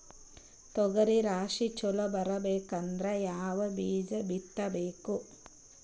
ತೊಗರಿ ರಾಶಿ ಚಲೋ ಬರಬೇಕಂದ್ರ ಯಾವ ಬೀಜ ಬಿತ್ತಬೇಕು?